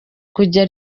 kujya